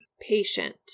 Patient